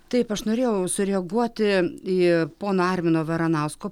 taip aš norėjau sureaguoti į pono armino varanausko